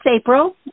April